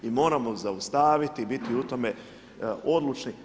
I moramo zaustaviti, biti u tome odlučni.